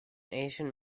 asian